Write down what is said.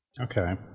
Okay